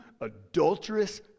adulterous